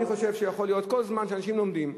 אני חושב שכל זמן שאנשים לומדים,